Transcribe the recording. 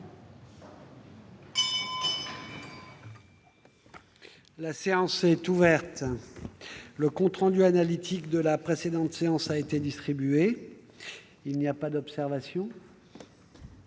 La séance est ouverte. Le compte rendu analytique de la précédente séance a été distribué. Il n'y a pas d'observation ?